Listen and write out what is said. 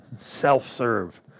Self-serve